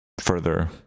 further